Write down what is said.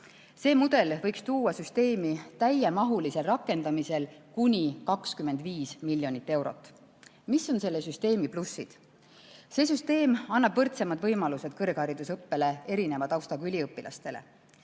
See mudel võiks tuua süsteemi täiemahulisel rakendamisel kuni 25 miljonit eurot. Mis on selle süsteemi plussid? See süsteem annab võrdsemad võimalused kõrgharidusõppeks erineva taustaga üliõpilastele.